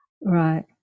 Right